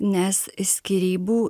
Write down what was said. nes skyrybų